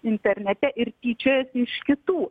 internete ir tyčiojasi iš kitų